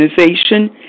organization